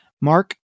Mark